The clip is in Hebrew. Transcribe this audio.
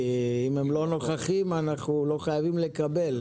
כי אם הם לא נוכחים אנחנו לא חייבים לקבל.